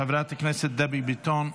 חברת הכנסת דבי ביטון,